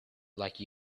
like